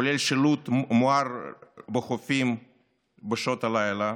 כולל שילוט מואר בחופים בשעות הלילה,